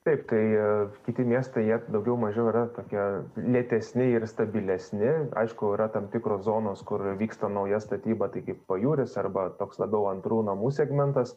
taip tai kiti miestai jie daugiau mažiau yra tokie lėtesni ir stabilesni aišku yra tam tikros zonos kur vyksta nauja statyba tai kaip pajūris arba toks labiau antrų namų segmentas